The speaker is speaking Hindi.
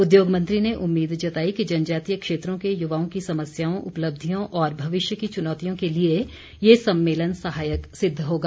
उद्योग मंत्री ने उम्मीद जताई कि जनजातीय क्षेत्रों के युवाओं की समस्याओं उपलब्धियों और भविष्य की चुनौतियों के लिए ये सम्मेलन सहायक सिद्व होगा